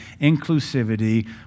inclusivity